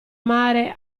mare